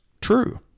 true